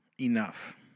enough